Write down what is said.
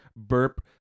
burp